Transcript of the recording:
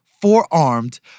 forearmed